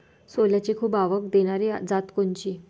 सोल्याची खूप आवक देनारी जात कोनची?